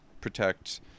protect